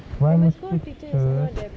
why difficult